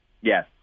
Yes